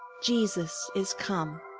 jesus is come!